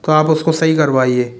तो आप उसको सही करवाइये